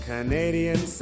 Canadian